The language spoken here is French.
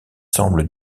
semble